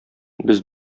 без